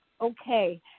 okay